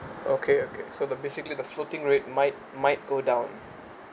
okay okay so the basically the floating rate might might go down